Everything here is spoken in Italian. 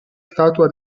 statua